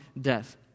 death